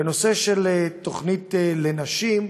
בנושא של תוכנית לנשים,